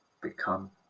become